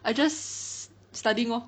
I just studying lor